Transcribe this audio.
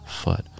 foot